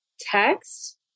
text